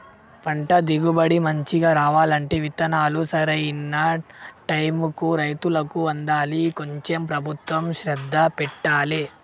పంట దిగుబడి మంచిగా రావాలంటే విత్తనాలు సరైన టైముకు రైతులకు అందాలి కొంచెం ప్రభుత్వం శ్రద్ధ పెట్టాలె